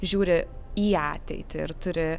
žiūri į ateitį ir turi